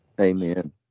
Amen